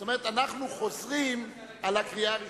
זאת אומרת, אנחנו חוזרים על הקריאה הראשונה.